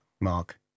Mark